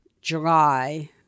July